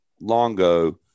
Longo